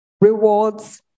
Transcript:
rewards